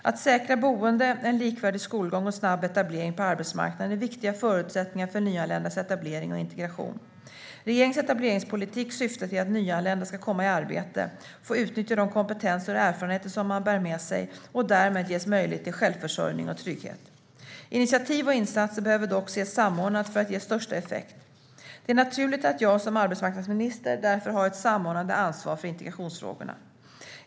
Att säkra boende, en likvärdig skolgång och snabb etablering på arbetsmarknaden är viktiga förutsättningar för nyanländas etablering och integration. Regeringens etableringspolitik syftar till att nyanlända ska komma i arbete, få utnyttja de kompetenser och erfarenheter som de bär med sig och därmed ges möjlighet till självförsörjning och trygghet. Initiativ och insatser behöver dock ske samordnat för att ge största effekt. Det är naturligt att jag som arbetsmarknadsminister därför har ett samordnande ansvar för integrationsfrågorna.